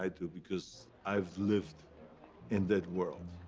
i do because i've lived in that world.